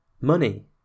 Money